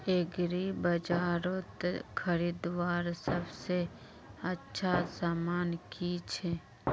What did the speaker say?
एग्रीबाजारोत खरीदवार सबसे अच्छा सामान की छे?